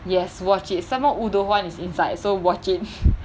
yes watch it some more woo do hwan is inside so watch it